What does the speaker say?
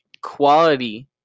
quality